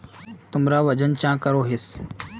तुमरा वजन चाँ करोहिस?